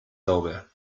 sauber